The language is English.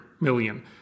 million